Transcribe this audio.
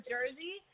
Jersey